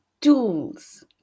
tools